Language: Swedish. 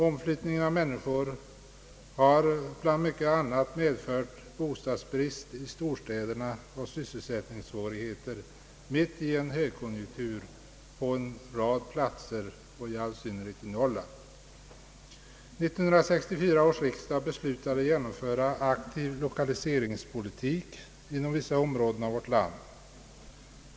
Omflyttningen av människor har bland mycket annat medfört bostadsbrist i storstäderna och sysselsättningssvårigheter, mitt i en högkonjunktur, på en rad platser och i all synnerhet i Norrland. 1964 års riksdag beslutade genomföra en aktiv lokaliseringspolitik inom vissa områden i vårt land.